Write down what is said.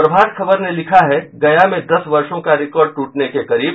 प्रभात खबर ने लिखा है गया में दस वर्षो का रिकॉर्ड ट्रटने के करीब